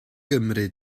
gymri